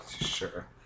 Sure